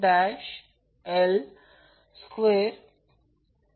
तर जर VL angle 0 घेतला तर तो फक्त VL असेल